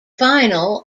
final